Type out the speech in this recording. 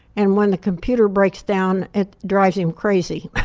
and when the computer breaks down, it drives him crazy